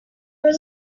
was